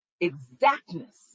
Exactness